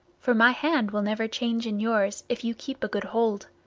for my hand will never change in yours if you keep a good hold.